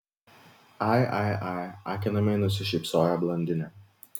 ai ai ai akinamai nusišypsojo blondinė